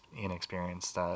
inexperienced